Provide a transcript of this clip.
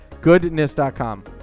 Goodness.com